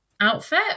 Outfit